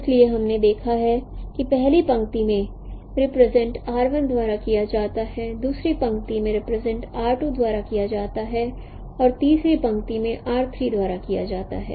इसलिए हमने देखा है कि पहली पंक्ति को रिप्रेजेंट द्वारा किया जाता है दूसरी पंक्ति को रिप्रेजेंट द्वारा किया जाता है और तीसरी पंक्ति को रिप्रेजेंटद्वारा किया जाता है